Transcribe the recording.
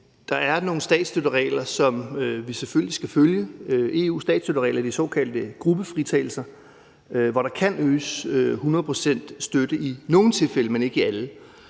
der er nogle statsstøtteregler, som vi selvfølgelig skal følge, EU-statsstøtteregler, de såkaldte gruppefritagelser, hvor der kan ydes 100 pct. støtte i nogle tilfælde, men ikke i alle,